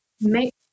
make